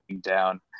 down